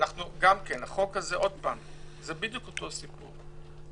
זה בדיוק אותו סיפור.